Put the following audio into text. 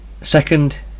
second